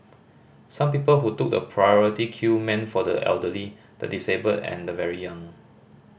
some people who took the priority queue meant for the elderly the disabled and the very young